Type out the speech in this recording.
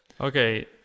Okay